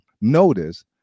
notice